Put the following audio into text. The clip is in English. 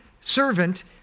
servant